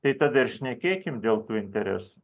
tai tada ir šnekėkim dėl tų interesų